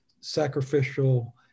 sacrificial